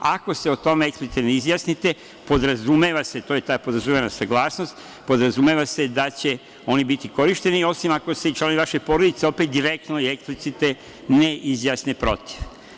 Ako se o tome eksplicitno ne izjasnite, podrazumeva se, to je ta podrazumevana saglasnost, podrazumeva se da će oni biti korišćeni, osim ako se i članovi vaše porodice, opet, direktno i eksplicitno ne izjasne protiv.